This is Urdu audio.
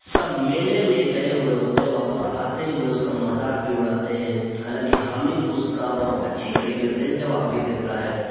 سب میلے میں گئے ہوئے ہوتے ہیں واپس آتے ہوئے اس کا مذاق بھی اڑاتے ہیں حالانکہ حامد اس کا بہت اچھی طریقے سے جواب بھی دیتا ہے